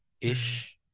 ish